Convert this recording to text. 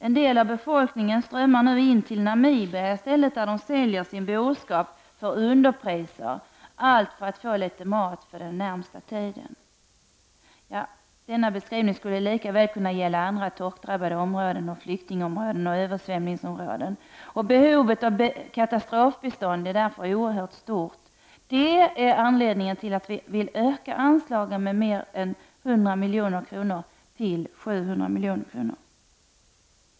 En del av befolkningen strömmar nu in till Namibia, där man säljer sin boskap för underpriser för att få litet mat för den närmaste tiden. Denna beskrivning skulle lika väl kunna gälla andra torkdrabbade områden, flyktingområden eller översvämningsområden. Behovet av katastrofbistånd är därför oerhört stort. Det är anledningen till att centern vill öka anslagen med mer än 100 milj.kr. till 700 milj.kr.